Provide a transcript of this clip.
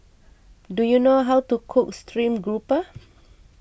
do you know how to cook Stream Grouper